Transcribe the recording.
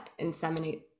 inseminate